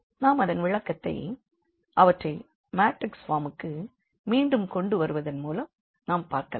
நாம் அதன் விளக்கத்தை அவற்றை மேட்ரிக்ஸ் ஃபார்முக்கு மீண்டும் கொண்டு வருவதன் மூலம் நாம் பார்க்கலாம்